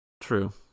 True